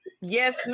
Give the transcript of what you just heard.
Yes